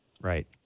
Right